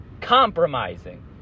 compromising